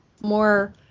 more